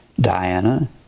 Diana